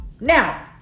Now